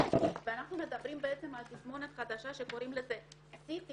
ואנחנו מדברים על תסמונת חדשה שזה CTSD,